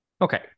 Okay